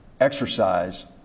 exercise